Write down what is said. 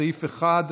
סעיף 1,